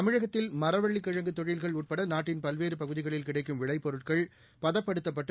தமிழகத்தில் மரவள்ளிக்கிழங்கு தொழில்கள் உட்பட நாட்டின் பல்வேறு பகுதிகளில் கிடைக்கும் விளைப்பொருட்கள் பதப்படுத்தப்பட்டு